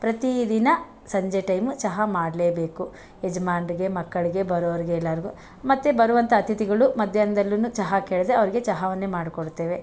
ಪ್ರತಿ ದಿನ ಸಂಜೆ ಟೈಮ್ ಚಹಾ ಮಾಡಲೇಬೇಕು ಯಜಮಾನರಿಗೆ ಮಕ್ಕಳಿಗೆ ಬರೋರ್ಗೆ ಎಲ್ಲಾರಿಗು ಮತ್ತು ಬರುವಂಥ ಅತಿಥಿಗಳು ಮಧ್ಯಾಹ್ನದಲ್ಲು ಚಹಾ ಕೇಳಿದ್ರೆ ಅವ್ರಿಗೆ ಚಹಾವನ್ನೇ ಮಾಡಿಕೊಡ್ತೇವೆ